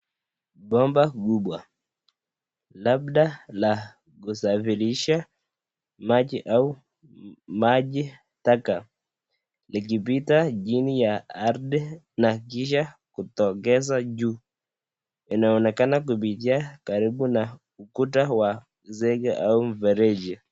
Bomba kubwa. Labda la kusafirisha maji au maji taka likipita chini ya ardhi na kisha kutokeza juu. Inaonekana kupitia karibu na ukuta wa zege au mfereji.